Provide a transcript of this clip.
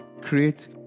Create